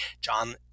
John